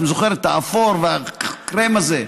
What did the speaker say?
אתה זוכר את האפור והקרם הזה.